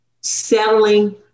settling